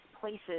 places